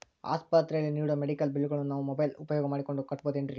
ಆಸ್ಪತ್ರೆಯಲ್ಲಿ ನೇಡೋ ಮೆಡಿಕಲ್ ಬಿಲ್ಲುಗಳನ್ನು ನಾವು ಮೋಬ್ಯೆಲ್ ಉಪಯೋಗ ಮಾಡಿಕೊಂಡು ಕಟ್ಟಬಹುದೇನ್ರಿ?